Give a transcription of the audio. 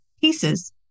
pieces